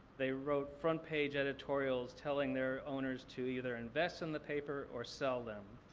they wrote front page editorials telling their owners to either invest in the paper or sell them.